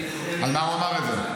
על מה הוא אמר את זה?